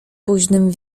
późnym